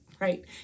right